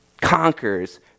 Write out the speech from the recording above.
conquers